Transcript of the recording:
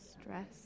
stress